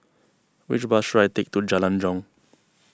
which bus should I take to Jalan Jong